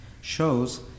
shows